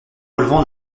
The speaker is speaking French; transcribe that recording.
relevant